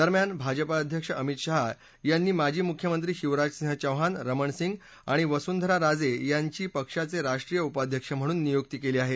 दरम्यान भाजपा अध्यक्ष अमित शाह यांनी माजी मुख्यमंत्री शिवराज सिंह चौहान रमण सिंग आणि वसुंधरा राजे यांची पक्षाचे राष्ट्रीय उपाध्यक्ष म्हणून नियुक्ती केली आहे